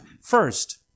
first